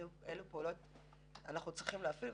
אלו פעולות אנחנו צריכים להפעיל,